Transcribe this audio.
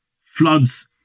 floods